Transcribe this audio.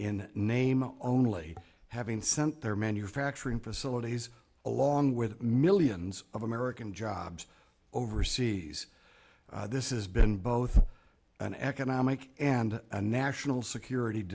in name only having sent their manufacturing facilities along with millions of american jobs overseas this has been both an economic and a national security